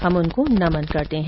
हम उनको नमन करते हैं